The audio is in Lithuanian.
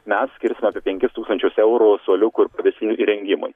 mes skirsim apie penkis tūkstančius eurų suoliukų ir pavėsinių įrengimui